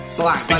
black